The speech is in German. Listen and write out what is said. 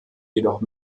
jedoch